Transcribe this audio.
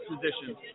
positions